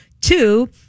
Two